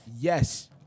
Yes